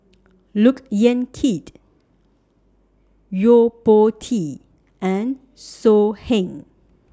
Look Yan Kit Yo Po Tee and So Heng